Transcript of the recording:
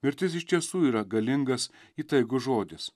mirtis iš tiesų yra galingas įtaigus žodis